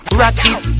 ratchet